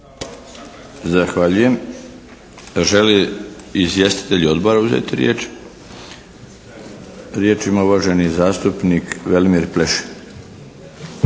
Zahvaljujem. Želi izvjestitelji Odbora uzeti riječ? Riječ ima uvaženi zastupnik Velimir Pleša.